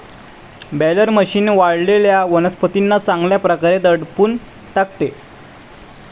baler machine वाळलेल्या वनस्पतींना चांगल्या प्रकारे दडपून टाकते